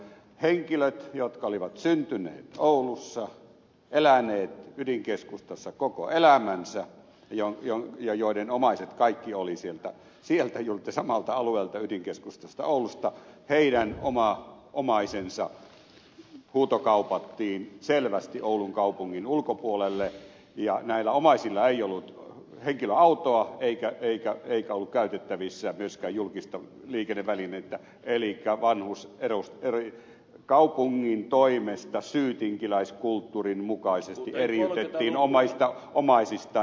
henkilöiden jotka olivat syntyneet oulussa ja eläneet ydinkeskustassa koko elämänsä ja joiden omaiset kaikki olivat sieltä samalta alueelta ydinkeskustasta oulusta omaiset huutokaupattiin selvästi oulun kaupungin ulkopuolelle ja näillä omaisilla ei ollut henkilöautoa eikä ollut käytettävissä myöskään julkista liikennevälinettä elikkä vanhus kaupungin toimesta syytinkiläiskulttuurin mukaisesti erotettiin omista omaisistaan